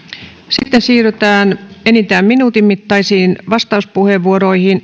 sitten siirrytään enintään minuutin mittaisiin vastauspuheenvuoroihin